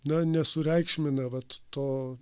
na nesureikšmina vat to